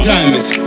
Diamonds